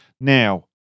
Now